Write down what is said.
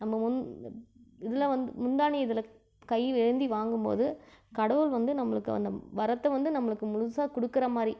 நம்ம முந் இதில் வந்து முந்தானை இதில் கை ஏந்தி வாங்கும் போது கடவுள் வந்து நம்மளுக்கு அந்த வரத்தை வந்து நம்மளுக்கு முழுசாக கொடுக்குற மாதிரி